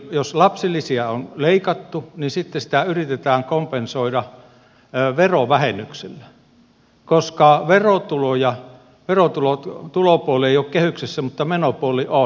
jos lapsilisiä on leikattu niin sitten sitä yritetään kompensoida verovähennyksillä koska verotulopuoli ei ole kehyksessä mutta menopuoli on